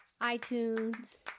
iTunes